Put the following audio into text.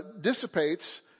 dissipates